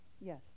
Yes